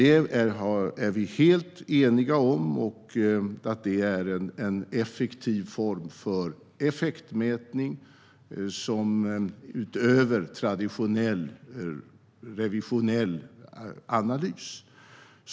Vi är helt eniga om att det är en effektiv form för effektmätning utöver traditionell revisionell analys.